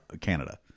Canada